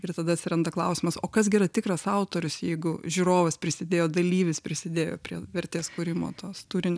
ir tada atsiranda klausimas o kas gi yra tikras autorius jeigu žiūrovas prisidėjo dalyvis prisidėjo prie vertės kūrimo tos turinį